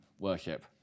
worship